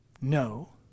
No